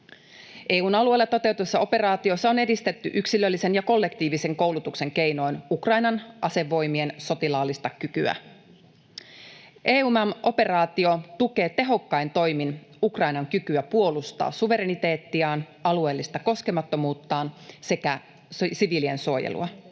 EU:n alueella toteutetussa operaatiossa on edistetty yksilöllisen ja kollektiivisen koulutuksen keinoin Ukrainan asevoimien sotilaallista kykyä. EUMAM-operaatio tukee tehokkain toimin Ukrainan kykyä puolustaa suvereniteettiaan, alueellista koskemattomuuttaan sekä siviilien suojelua.